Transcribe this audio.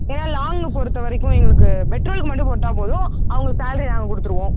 ஏன்னால் லாங் பொறுத்தவரைக்கும் எங்களுக்கு பெட்ரோலுக்கு மட்டும் போட்டால்போதும் அவர்களுக்கு சேலரி நாங்கள் கொடுத்துடுவோம்